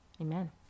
Amen